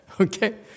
Okay